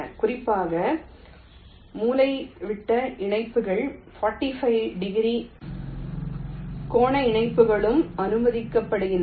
குறிப்பாக மூலைவிட்ட இணைப்புகள் 45 டிகிரி கோண இணைப்புகளும் அனுமதிக்கப்படுகின்றன